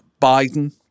Biden